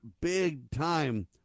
big-time